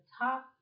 top